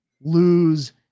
lose